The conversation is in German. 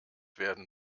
werden